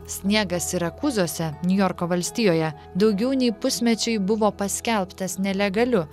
sniegas sirakūzuose niujorko valstijoje daugiau nei pusmečiui buvo paskelbtas nelegaliu